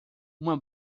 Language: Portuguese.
uma